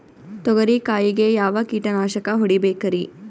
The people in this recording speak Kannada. ತೊಗರಿ ಕಾಯಿಗೆ ಯಾವ ಕೀಟನಾಶಕ ಹೊಡಿಬೇಕರಿ?